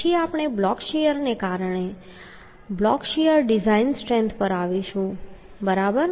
પછી આપણે બ્લોક શીયરને કારણે બ્લોક શીયર ડિઝાઇન સ્ટ્રેન્થ પર આવીશું બરાબર